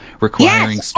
requiring